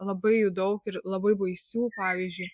labai jų daug ir labai baisių pavyzdžiui